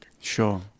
Sure